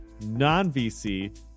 non-VC